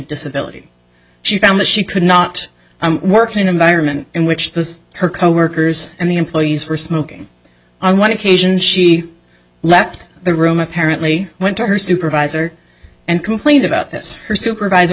disability she found that she could not working environment in which the her coworkers and the employees were smoking on one occasion she left the room apparently went to her supervisor and complained about this her supervisor